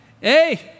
hey